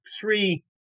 three